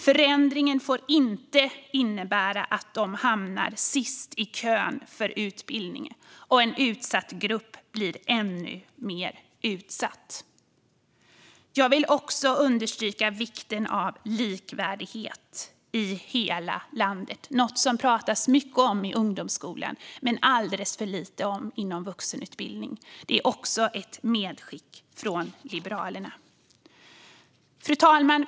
Förändringen får inte innebära att de hamnar sist i kön för utbildning och att en utsatt grupp blir ännu mer utsatt. Jag vill också understryka vikten av likvärdighet i hela landet. Det talas mycket om det inom ungdomsskolan men alldeles för lite inom vuxenutbildningen. Det är också ett medskick från Liberalerna. Fru talman!